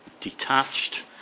detached